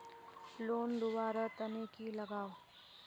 Loan लुवा र तने की लगाव?